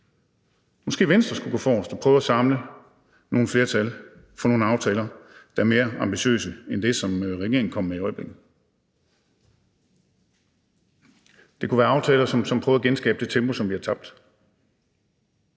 Måske skulle Venstre gå forrest og prøve at samle nogle flertal for nogle aftaler, der er mere ambitiøse end det, som regeringen kommer med i øjeblikket. Det kunne være aftaler, som prøvede at genskabe det tempo, som vi har tabt.